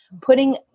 putting